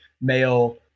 male